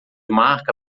marca